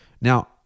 Now